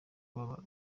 kubabara